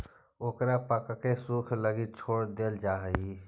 ओकरा पकके सूखे लगी छोड़ देल जा हइ